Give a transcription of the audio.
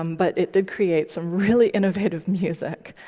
um but it did create some really innovative music.